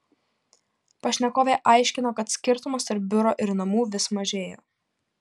pašnekovė aiškino kad skirtumas tarp biuro ir namų vis mažėja